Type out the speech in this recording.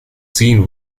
seen